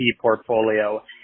portfolio